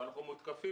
ואנחנו מותקפים